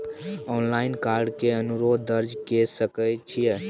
Online card के अनुरोध दर्ज के सकै छियै?